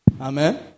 Amen